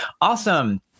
Awesome